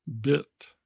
bit